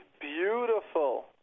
Beautiful